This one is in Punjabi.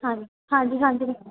ਹਾਂਜੀ ਹਾਂਜੀ ਹਾਂਜੀ